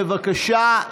בבקשה,